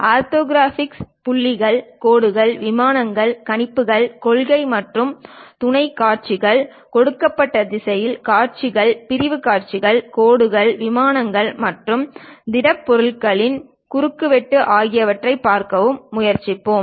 orthographic புள்ளிகள் கோடுகள் விமானங்கள் கணிப்புகள் கொள்கை மற்றும் துணைக் காட்சிகள் கொடுக்கப்பட்ட திசையில் காட்சிகள் பிரிவுக் காட்சிகள் கோடுகள் விமானங்கள் மற்றும் திடப்பொருட்களின் குறுக்குவெட்டு ஆகியவற்றைப் பார்க்கவும் முயற்சிப்போம்